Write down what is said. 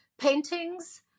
paintings